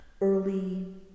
early